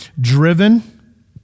driven